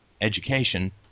education